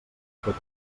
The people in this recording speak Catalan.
tot